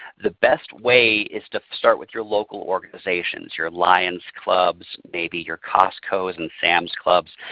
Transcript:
the best way is to start with your local organizations, your lion's clubs, maybe your costco's, and sam's clubs.